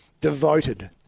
Devoted